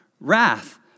wrath